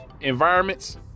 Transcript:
environments